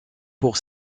pour